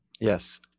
Yes